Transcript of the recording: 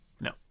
No